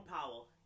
Powell